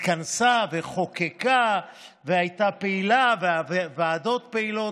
התכנסה וחוקקה והייתה פעילה והוועדות פעילות.